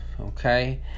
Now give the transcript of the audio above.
okay